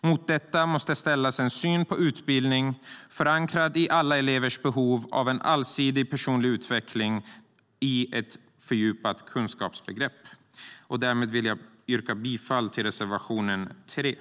Mot detta måste ställas en syn på utbildning, förankrad i alla elevers behov av en allsidig personlig utveckling och ett fördjupat kunskapsbegrepp.